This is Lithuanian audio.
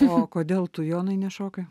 o kodėl tu jonai nešokai